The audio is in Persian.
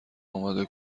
اماده